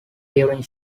during